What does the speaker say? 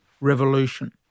revolution